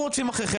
אושר פה אחד.